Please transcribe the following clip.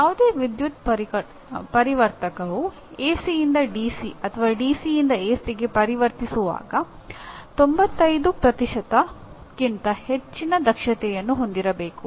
ಯಾವುದೇ ವಿದ್ಯುತ್ ಪರಿವರ್ತಕವು ಎಸಿಯಿಂದ ಡಿಸಿ ಅಥವಾ ಡಿಸಿಯಿಂದ ಎಸಿಗೆ ಪರಿವರ್ತಿಸುವಾಗ 95ಕ್ಕಿಂತ ಹೆಚ್ಚಿನ ದಕ್ಷತೆಯನ್ನು ಹೊಂದಿರಬೇಕು